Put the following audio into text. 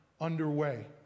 underway